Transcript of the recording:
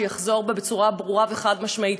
שיחזור ממנה בצורה ברורה וחד-משמעית,